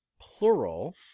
plural